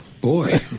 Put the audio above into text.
boy